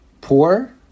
poor